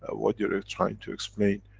what you're ah trying to explain.